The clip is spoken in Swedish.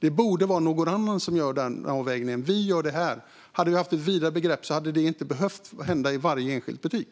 Det borde vara någon annan som gör den avvägningen. Vi kan göra det här. Hade vi haft ett vidare begrepp hade det inte behövt avgöras i varje enskild butik.